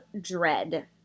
dread